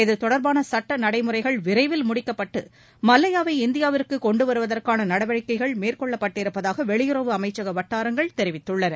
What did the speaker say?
இத்தொடர்பான சுட்ட நடைமுறைகள் விரைவில் முடிக்கப்பட்டு மல்லையாவை இந்தியாவுக்கு கொன்டுவருவதற்கான நடவடிக்கைகள் மேற்கொள்ளப்பட்டிருப்பதாக வெளியுறவு அமைச்சக வட்டாரங்கள் தெரிவித்துள்ளன